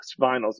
vinyls